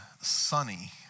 sunny